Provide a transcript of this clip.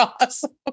awesome